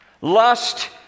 lust